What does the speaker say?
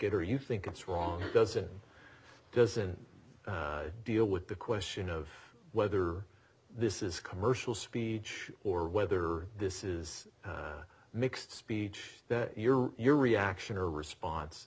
it or you think it's wrong doesn't doesn't deal with the question of whether this is commercial speech or whether this is a mixed speech that your your reaction or response